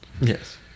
Yes